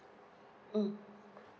mm